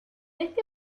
este